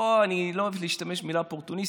אדוני היושב-ראש,